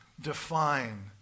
define